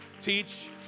teach